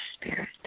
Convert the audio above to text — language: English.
spirit